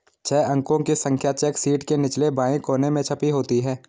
छह अंकों की संख्या चेक शीट के निचले बाएं कोने में छपी होती है